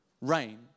rain